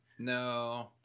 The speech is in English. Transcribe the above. No